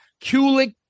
Kulik